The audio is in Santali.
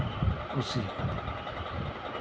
ᱠᱩᱥᱤᱭᱟᱜᱼᱟ